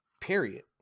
Period